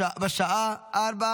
בשעה